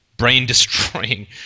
brain-destroying